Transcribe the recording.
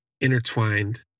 intertwined